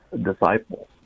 disciples